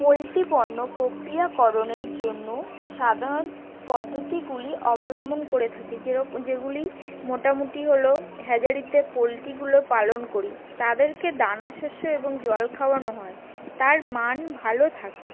poultry পণ্য প্রক্রিয়াকরণের জন্য সাধারণ পদ্ধতিগুলি অবলম্বন করে থাকি যেরকম যেগুলি মোটামুটি হলো হ্যাচারিতে পোলট্রিগুলো পালন করি তাদেরকে দানা শস্য এবং জল খাওয়ানো হয় তার মান ভালো থাকে